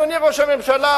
אדוני ראש הממשלה,